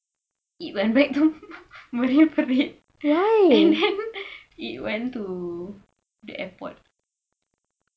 it went back to marine parade and then it went to the airport